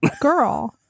girl